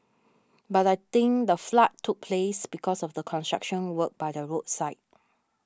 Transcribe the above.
but I think the flood took place because of the construction work by the roadside